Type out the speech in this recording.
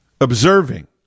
observing